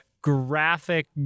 graphic